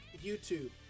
youtube